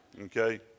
Okay